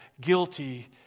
guilty